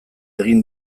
egin